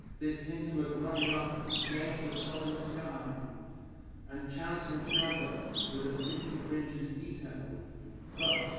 this intimate running up against the sullen sky and chance encounter with a city fringe's detail but,